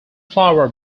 flour